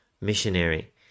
missionary